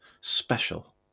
special